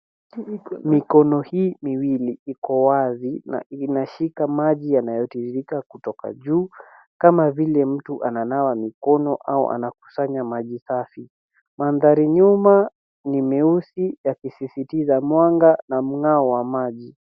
Mikono hii miwili iko wazi na inashika maji inayotiririka kutoka juu kama vile mtu ananawa mikono au anakusanya maji safi. Mandhari nyuma ni nyeusi yakisisitiza mwanga na mng'ao wa maji.